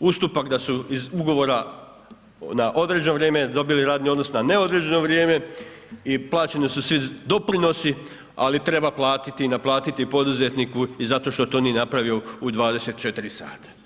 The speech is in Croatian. ustupak da su iz ugovora na određeno vrijeme dobili radni odnos na neodređeno vrijeme i plaćeni su svi doprinosi ali treba platiti i naplatiti poduzetniku i zato što to nije napravio u 24 sata.